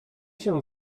się